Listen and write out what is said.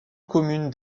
commune